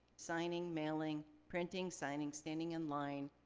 signing, mailing, printing, signing, standing in line,